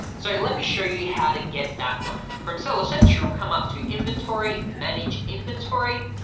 so let me show you how to get that one. from seller central come up to inventory, manage inventory,